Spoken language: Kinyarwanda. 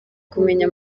kumenya